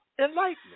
enlightenment